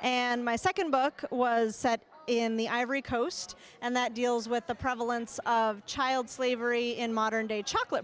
and my second book was set in the ivory coast and that deals with the province of child slavery in modern day chocolate